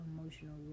emotional